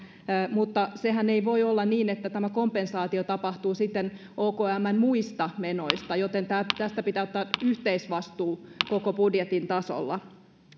mutta sehän ei voi olla niin että tämä kompensaatio tapahtuu sitten okmn muista menoista joten tästä pitää ottaa yhteisvastuu koko budjetin tasolla